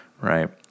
right